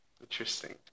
Interesting